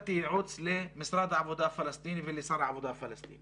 נתתי ייעוץ למשרד העבודה הפלסטיני ולשר העבודה הפלסטיני